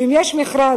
שאם יש מכרז